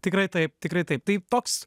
tikrai taip tikrai taip taip toks